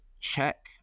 check